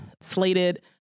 slated